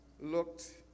looked